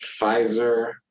Pfizer